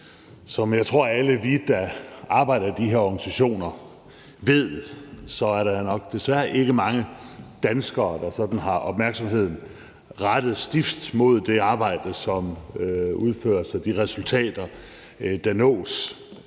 Som jeg tror, at alle vi, der arbejder i de her organisationer, ved, så er der nok desværre ikke mange danskere, der sådan har opmærksomheden rettet stift mod det arbejde, som udføres, og de resultater, der nås,